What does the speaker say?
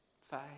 Five